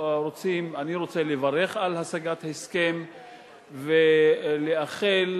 יכולים לדבר עשר דקות, אבל אתה, אדוני,